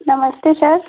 नमस्ते सर